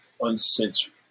uncensored